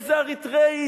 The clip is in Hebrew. איזה אריתריאי,